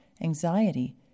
anxiety